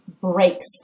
breaks